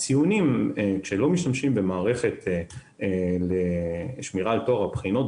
כשלא משתמשים במערכת לשמירה על טוהר הבחינות,